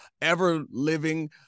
ever-living